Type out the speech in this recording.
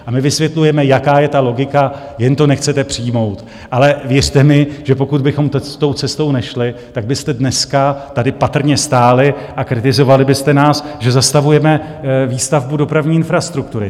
A my vysvětlujeme, jaká je ta logika, jen to nechcete přijmout, ale věřte mi, že pokud bychom tou cestou nešli, tak byste dneska tady patrně stáli a kritizovali byste nás, že zastavujeme výstavbu dopravní infrastruktury.